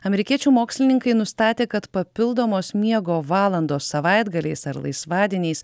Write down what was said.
amerikiečių mokslininkai nustatė kad papildomos miego valandos savaitgaliais ar laisvadieniais